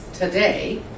Today